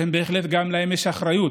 בהחלט גם להם יש אחריות,